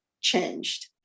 changed